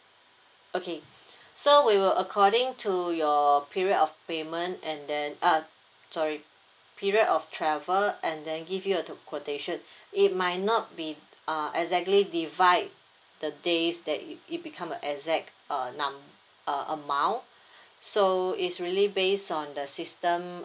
okay so we will according to your period of payment and then uh sorry period of travel and then give you a quo~ quotation it might not be uh exactly divide the days that it it become a exact uh num~ uh amount so it's really based on the system